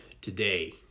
today